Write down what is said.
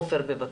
עופר, בבקשה.